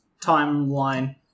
timeline